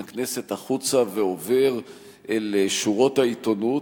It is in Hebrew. הכנסת החוצה ועובר אל שורות העיתונות.